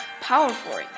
powerful